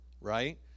Right